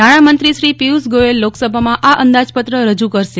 નાણામંત્રી શ્રી પિયુષ ગોયલ લોકસભામાં આ અંદાજપત્ર રજૂ કરશે